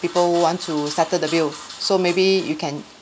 people want to settle the bill so maybe you can